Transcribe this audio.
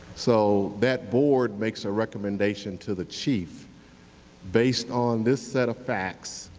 so, that board makes a recommendation to the chief based on this set of facts